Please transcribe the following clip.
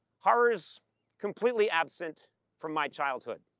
horrors completely absent from my childhood.